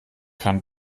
kann